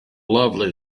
lovely